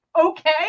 okay